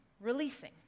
releasing